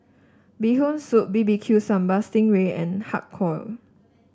Bee Hoon Soup B B Q Sambal Sting Ray and Har Kow